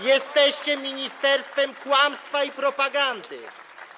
Jesteście ministerstwem kłamstwa i propagandy.